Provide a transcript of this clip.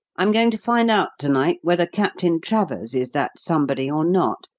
i'm going to find out to-night whether captain travers is that somebody or not.